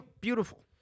beautiful